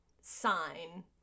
sign